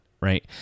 right